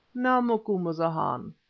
now, macumazahn,